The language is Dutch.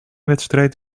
wedstrijd